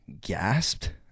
gasped